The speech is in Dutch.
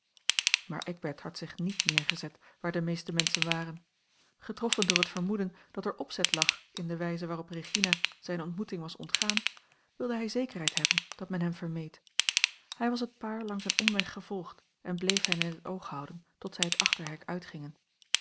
maar eckbert had zich niet neergezet waar de meeste menschen waren getroffen door het vermoeden dat er opzet lag in de wijze waarop regina zijne ontmoeting was ontgaan wilde hij zekerheid hebben dat men hem vermeed hij was het paar langs een omweg gevolgd en bleef hen in t oog houden tot zij het achterhek uitgingen